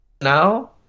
now